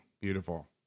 Beautiful